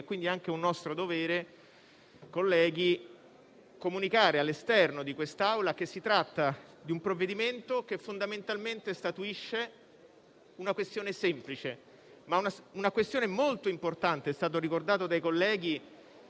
è quindi un nostro dovere comunicare all'esterno di quest'Aula che si tratta di un provvedimento che fondamentalmente statuisce una questione semplice, ma molto importante - come è stato ricordato dai colleghi